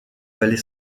vallée